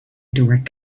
direct